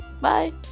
bye